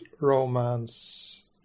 romance